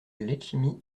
letchimy